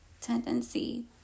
tendency